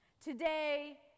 Today